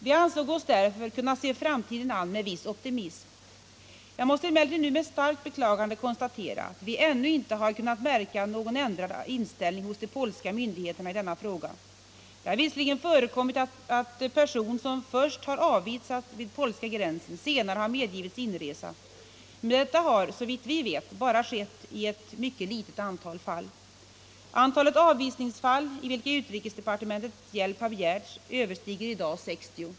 Vi ansåg oss därför kunna se framtiden an med en viss optimism. Jag måste emellertid nu med starkt beklagande konstatera att vi ännu inte har kunnat märka någon ändrad inställning hos de polska myndigheterna i denna fråga. Det har visserligen förekommit att person som först har avvisats vid polska gränsen senare har medgivits inresa, men detta har såvitt vi vet bara skett i ett mycket litet antal fall. Antalet avvisningsfall, i vilka utrikesdepartementets hjälp har begärts, överstiger i dag 60.